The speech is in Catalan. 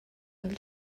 dels